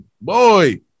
Boy